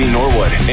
Norwood